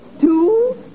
two